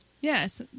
Yes